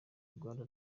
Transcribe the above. uganda